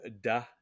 Da